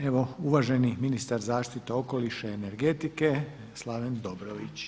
Evo, uvaženi ministar zaštite okoliša i energetike Slaven Dobrović.